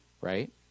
right